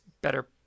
better